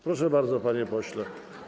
Proszę bardzo, panie pośle.